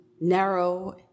narrow